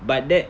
but that